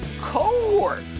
cohort